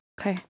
Okay